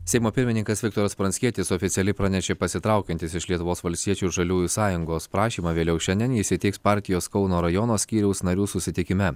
seimo pirmininkas viktoras pranckietis oficialiai pranešė pasitraukiantis iš lietuvos valstiečių ir žaliųjų sąjungos prašymą vėliau šiandien jis įteiks partijos kauno rajono skyriaus narių susitikime